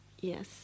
Yes